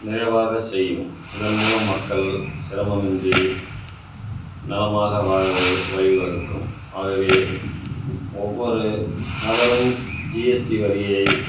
நிறைவாக செய்யும் இதன் மூலம் மக்கள் சிரமமின்றி நலமாக வாழ வ வழிவகுக்கும் ஆகவே ஒவ்வொரு நபரும் ஜிஎஸ்டி வரியை